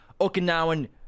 Okinawan